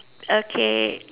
okay